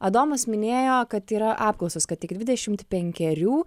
adomas minėjo kad yra apklausos kad tik dvidešimt penkerių